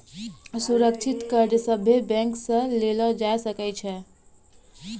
सुरक्षित कर्ज सभे बैंक से लेलो जाय सकै छै